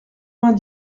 vingt